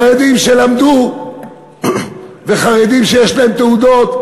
חרדים שלמדו וחרדים שיש להם תעודות.